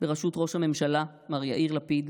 בראשות ראש הממשלה מר יאיר לפיד.